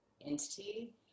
entity